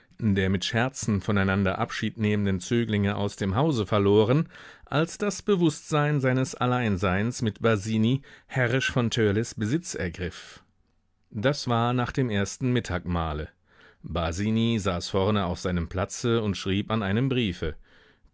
der mit scherzen voneinander abschied nehmenden zöglinge aus dem hause verloren als das bewußtsein seines alleinseins mit basini herrisch von törleß besitz ergriff das war nach dem ersten mittagmahle basini saß vorne auf seinem platze und schrieb an einem briefe